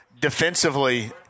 Defensively